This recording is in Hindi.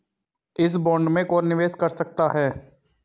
इस बॉन्ड में कौन निवेश कर सकता है?